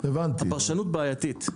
הפרשנות בעייתית.